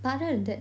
other than that